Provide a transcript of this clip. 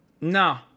No